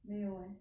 没有 leh